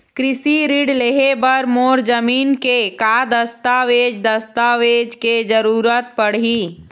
कृषि ऋण लेहे बर मोर जमीन के का दस्तावेज दस्तावेज के जरूरत पड़ही?